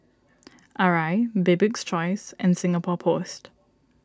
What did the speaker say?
Arai Bibik's Choice and Singapore Post